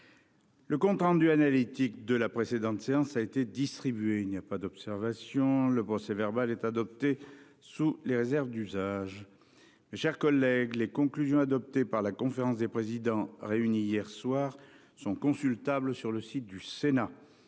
Le compte rendu analytique de la précédente séance a été distribué. Il n'y a pas d'observation ?... Le procès-verbal est adopté sous les réserves d'usage. Les conclusions adoptées par la conférence des présidents réunie, hier soir, sont consultables sur le site du Sénat.